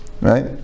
right